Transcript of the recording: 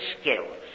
skills